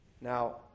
Now